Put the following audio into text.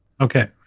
Okay